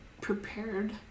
prepared